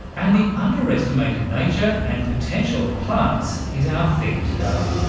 and the underestimated nature and potential of plants is our theme today.